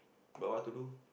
but what to do